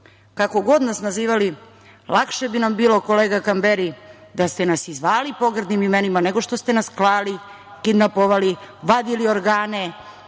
god nas nazivali lakše bi nam bilo, kolega Kamberi, da ste nas i zvali pogrdnim imenima nego što ste nas klali, kidnapovali, vadili organe,